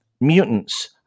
mutants